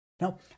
Now